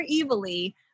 evilly